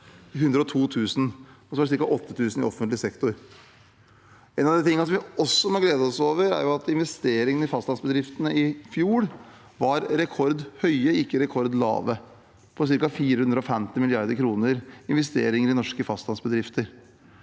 102 000 – og ca. 8 000 flere i offentlig sektor. En annen ting vi må glede oss over, er at investeringene i fastlandsbedriftene i fjor var rekordhøye, ikke rekordlave – ca. 450 mrd. kr i investeringer i norske fastlandsbedrifter.